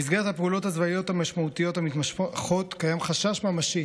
במסגרת הפעולות הצבאיות המשמעותיות המתמשכות קיים חשש ממשי